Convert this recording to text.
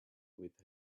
with